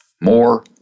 More